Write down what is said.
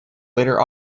later